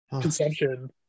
consumption